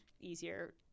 easier